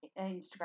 Instagram